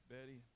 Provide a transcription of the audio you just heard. Betty